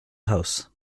house